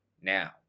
Now